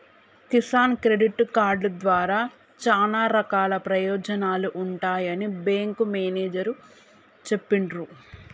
Kisan credit card ద్వారా చానా రకాల ప్రయోజనాలు ఉంటాయని బేంకు మేనేజరు చెప్పిన్రు